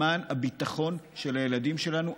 למען הביטחון של הילדים שלנו.